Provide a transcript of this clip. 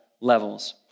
levels